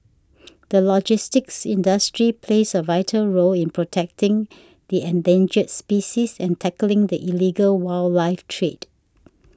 the logistics industry plays a vital role in protecting the endangered species and tackling the illegal wildlife trade